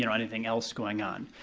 you know anything else going on.